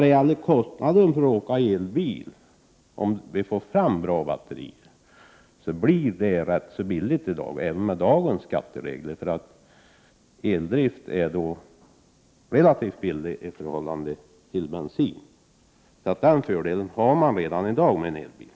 Beträffande kostnaden för att åka elbil: Om vi får fram bra batterier blir det rätt billigt även med dagens skatteregler, för eldrift är relativt billig i förhållande till bensindrift. Den fördelen har man alltså redan i dag med en elbil.